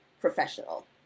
professional